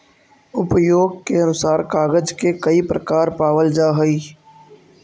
उपयोग के अनुसार कागज के कई प्रकार पावल जा हई